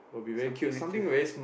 something like the